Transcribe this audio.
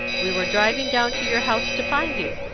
we were driving down to your house to find you.